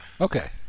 Okay